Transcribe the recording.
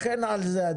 וכן על זה.